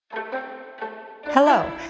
Hello